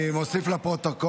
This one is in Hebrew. כן, אני אוסיף את זה לפרוטוקול.